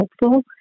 helpful